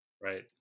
right